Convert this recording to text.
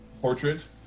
portrait